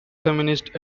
feminist